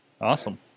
Awesome